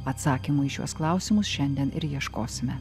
atsakymų į šiuos klausimus šiandien ir ieškosime